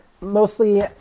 mostly